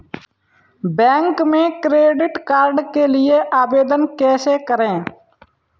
Bank में credit card के लिए आवेदन कैसे करें?